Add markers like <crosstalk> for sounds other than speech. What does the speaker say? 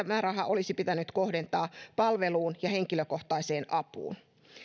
<unintelligible> tämä raha olisi pitänyt kohdentaa palveluun ja henkilökohtaiseen apuun